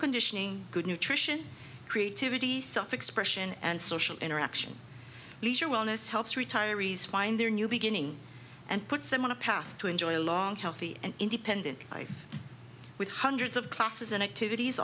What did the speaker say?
conditioning good nutrition creativity self expression and social interaction leisure wellness helps retirees find their new beginning and puts them on a path to enjoy a long healthy and independent life with hundreds of classes and activities